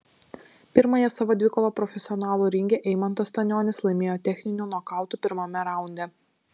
pirmąją savo dvikovą profesionalų ringe eimantas stanionis laimėjo techniniu nokautu pirmame raunde